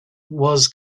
was